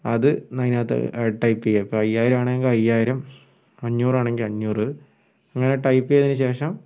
അത് എന്നാൽ ഇതിനകത്ത് ടൈപ്പ് ചെയ്യുക ഇപ്പോൾ അയ്യായിരം ആണെങ്കിൽ അയ്യായിരം